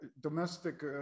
domestic